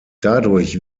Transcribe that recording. dadurch